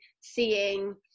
seeing